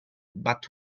but